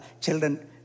children